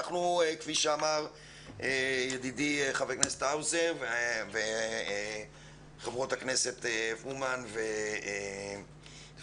כפי שאמר ידידי חבר הכנסת האוזר וחברות הכנסת פרומן ופרידמן,